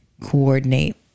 coordinate